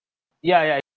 yeah yeah